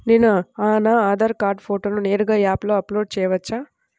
నేను నా ఆధార్ కార్డ్ ఫోటోను నేరుగా యాప్లో అప్లోడ్ చేయవచ్చా?